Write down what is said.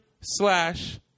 slash